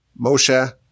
Moshe